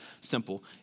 simple